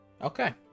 okay